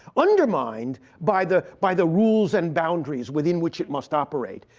undermined by the by the rules and boundaries within which it must operate.